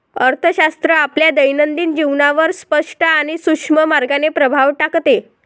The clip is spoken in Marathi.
अर्थशास्त्र आपल्या दैनंदिन जीवनावर स्पष्ट आणि सूक्ष्म मार्गाने प्रभाव टाकते